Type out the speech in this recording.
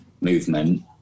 movement